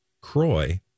Croy